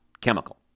chemical